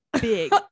big